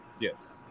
Yes